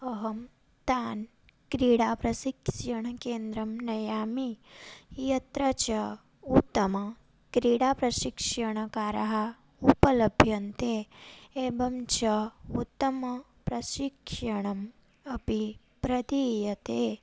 अहं तान् क्रीडाप्रशिक्षणकेन्द्रं नयामि यत्र च उत्तमक्रीडाप्रशिक्षणकाराः उपलभ्यन्ते एवं च उत्तमप्रशिक्षणम् अपि प्रदीयते